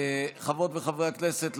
חברות וחברי הכנסת,